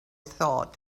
thought